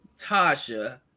Tasha